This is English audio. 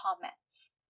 comments